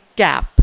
gap